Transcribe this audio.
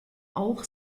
auch